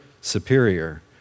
Superior